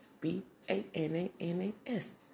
b-a-n-a-n-a-s